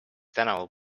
tänavu